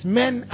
men